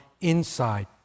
inside